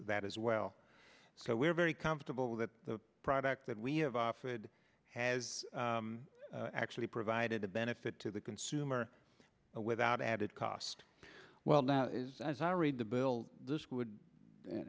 that as well so we're very comfortable that the product that we have offered has actually provided a benefit to the consumer without added cost well now it is as i read the bill this would